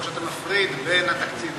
או שאתה מפריד בין התקציביות,